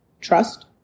trust